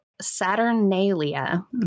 Saturnalia